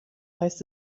heißt